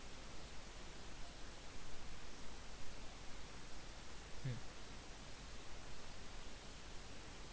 mm